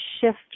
shift